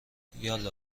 یالا